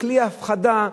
כלי הפחדה,